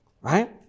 right